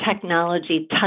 technology